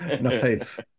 Nice